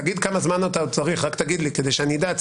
תגיד כמה זמן אתה עוד צריך אבל תגיד לי כדי שאני אדע ויהיה לי